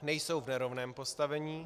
Nejsou v nerovném postavení.